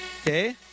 Okay